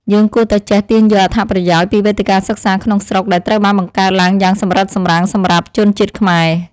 យើងគួរតែចេះទាញយកអត្ថប្រយោជន៍ពីវេទិកាសិក្សាក្នុងស្រុកដែលត្រូវបានបង្កើតឡើងយ៉ាងសម្រិតសម្រាំងសម្រាប់ជនជាតិខ្មែរ។